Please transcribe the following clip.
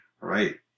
Right